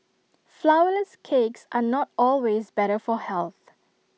Flourless Cakes are not always better for health